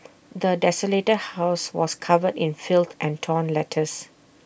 the desolated house was covered in filth and torn letters